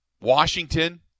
Washington